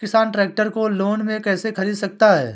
किसान ट्रैक्टर को लोन में कैसे ख़रीद सकता है?